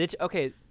Okay